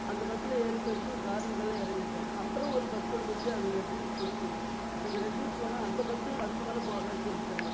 அந்த பஸ்ஸுல் ஏறி போயிட்டு கார்னோடல இறங்கிட்டேன் அப்புறோம் ஒரு பஸ்ஸு வந்துச்சு அது ரெட்ஹில்ஸ் போச்சு அது ரெட்ஹில்ஸ் போனால் அந்த பஸ்ஸும் அதுக்கு மேலே போகாதுனு சொல்லிட்டாங்க